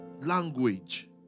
language